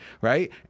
right